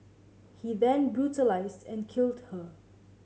he then brutalised and killed her